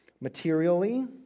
materially